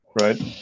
right